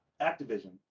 Activision